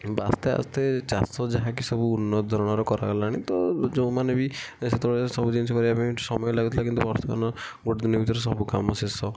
ଆସ୍ତେ ଆସ୍ତେ ଚାଷ ଯାହାକି ସବୁ ଉନ୍ନତ ଧରଣର କରାଗଲାଣି ତ ଯେଉଁମାନେ ବି ସେତେବେଳେ ସବୁ ଜିନିଷ କରିବା ପାଇଁ ସମୟ ଲାଗୁଥିଲା କିନ୍ତୁ ବର୍ତ୍ତମାନ ଗୋଟିଏ ଦିନ ଭିତରେ ସବୁ କାମ ଶେଷ